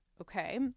Okay